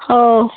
ও